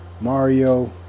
mario